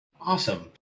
Awesome